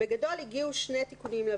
בגדול לוועדה הגיעו שני תיקונים.